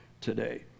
today